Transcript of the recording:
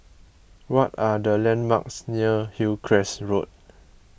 what are the landmarks near Hillcrest Road